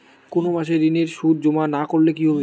কোনো মাসে ঋণের সুদ জমা না করলে কি হবে?